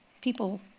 People